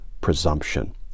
presumption